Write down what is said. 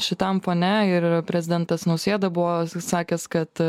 šitam fone ir prezidentas nausėda buvo sakęs kad